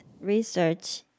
research